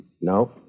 No